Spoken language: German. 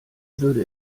würde